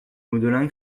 monolingue